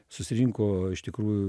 susirinko iš tikrųjų